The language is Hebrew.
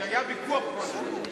כי היה ויכוח קודם.